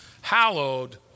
hallowed